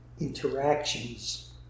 interactions